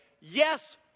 yes